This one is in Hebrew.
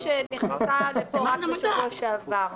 כמי שנכנסה לפה רק בשבוע שעבר,